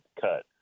cut